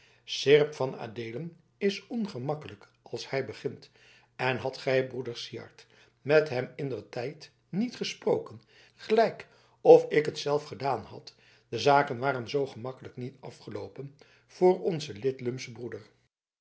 seerp van adeelen is ongemakkelijk als hij begint en hadt gij broeder syard met hem indertijd niet gesproken gelijk of ik zelf het gedaan had de zaken waren zoo gemakkelijk niet afgeloopen voor onzen lidlumschen broeder